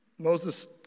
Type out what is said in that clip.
Moses